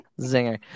zinger